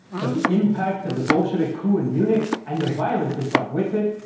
but the impact of the bolshevik coup in munich and the violence it brought with it,